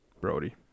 Brody